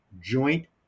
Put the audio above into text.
joint